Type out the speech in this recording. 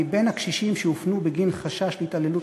מבין הקשישים שהופנו בגין חשש להתעללות